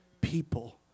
People